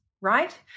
Right